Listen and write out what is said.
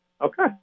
Okay